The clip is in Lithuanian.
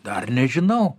dar nežinau